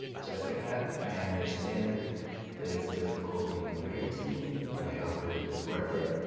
jessica, i understand that it's difficult being married to me but i hope is worth it.